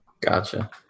Gotcha